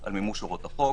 על מימוש הוראת החוק.